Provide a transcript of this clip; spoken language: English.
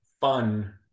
fun